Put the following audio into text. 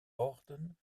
woorden